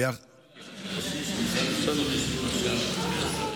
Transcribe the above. אני יודע,